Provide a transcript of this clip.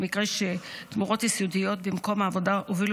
במקרה שתמורות יסודיות במקום העבודה הובילו